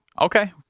Okay